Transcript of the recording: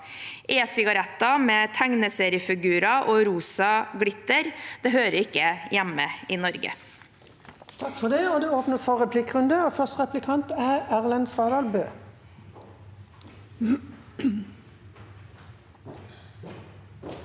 Esigaretter med tegneseriefigurer og rosa glitter hører ikke hjemme i Norge.